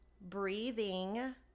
breathing